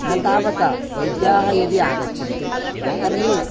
न तावता वैद्याः यदि आगच्छन्ति तर्हि